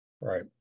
right